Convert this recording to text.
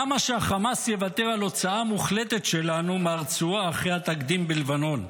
למה שהחמאס יוותר על הוצאה מוחלטת שלנו מהרצועה אחרי התקדים בלבנון?